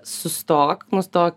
sustok nustok